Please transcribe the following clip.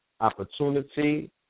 opportunity